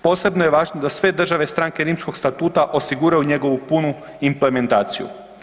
Posebno je važno da sve države stranke Rimskog statuta osiguraju njegovu punu implementaciju.